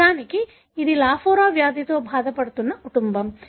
నిజానికి ఇది లాఫోరా వ్యాధితో బాధపడుతున్న కుటుంబం